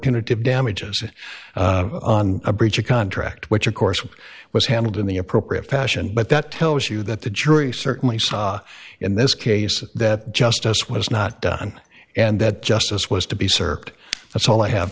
punitive damages on a breach of contract which of course was handled in the appropriate fashion but that tells you that the jury certainly saw in this case that justice was not done and that justice was to be served that's all i have